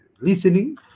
listening